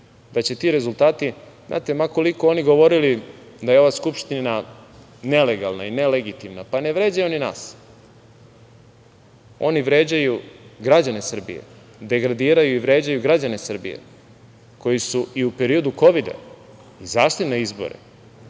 da će ti rezultati, znate, ma koliko oni govorili da je ova Skupština nelegalna i nelegitimna, pa ne vređaju oni nas, oni vređaju građane Srbije, degradiraju i vređaju građane Srbije koji su i u periodu kovida izašli na izbore